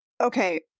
Okay